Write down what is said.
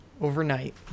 overnight